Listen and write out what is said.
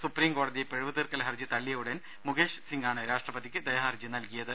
സുപ്രീംകോടതി പിഴവു തീർക്കൽ ഹർജി തള്ളിയ ഉടൻ മുകേഷ് സിങ്ങാണ് രാഷ്ട്രപതിക്ക് ദയാഹർജി നൽകിയത്